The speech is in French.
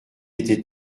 était